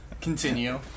Continue